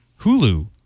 hulu